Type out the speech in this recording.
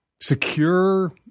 Secure –